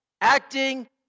Acting